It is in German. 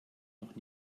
noch